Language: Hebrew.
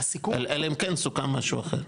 אלא אם כן, סוכם משהו אחר.